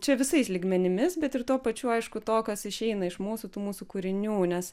čia visais lygmenimis bet ir tuo pačiu aišku to kas išeina iš mūsų tų mūsų kūrinių nes